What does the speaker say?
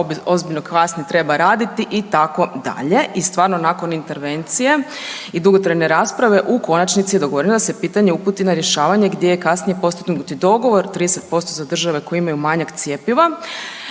ozbiljno kasni treba raditi itd. I stvarno nakon intervencije i dugotrajne rasprave u konačnici je dogovoreno da se pitanje uputi na rješavanje gdje je kasnije postignut i dogovor 30% za države koje imaju manjak cjepiva.